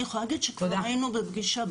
אני יכולה להגיד שכבר היינו בפגישה.